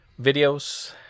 videos